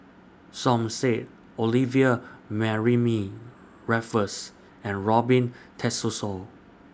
Som Said Olivia Mariamne Raffles and Robin Tessensohn